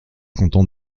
content